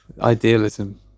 Idealism